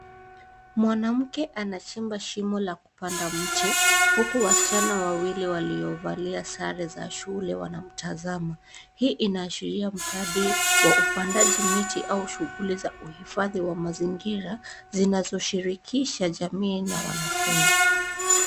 Mwanamke anachimba shimo la kupanda mti, huku wasichana wawili waliovalia sare za shule wakiwa wanamtazama. Hii inaashiria mradi wa upandaji miti au shughuli za uhifadhi wa mazingira, zinazoshirikisha jamii na wanafunzi.